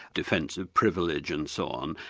defensive privilege and so on.